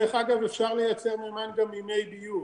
דרך אגב אפשר לייצר מימן גם ממי ביוב,